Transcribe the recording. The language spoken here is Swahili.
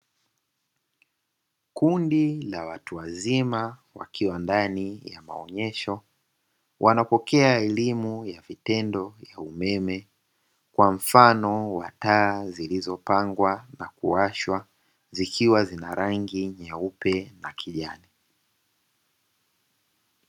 Kundi la watu wazima wakiwa ndani ya maonyesho, wanapokea elimu ya vitendo wa umeme kwa mfano wa taa zilizopangwa na kuwashwa zikiwa zina rangi nyeupe na kijani.